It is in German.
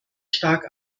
stark